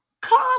come